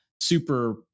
super